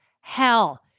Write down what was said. hell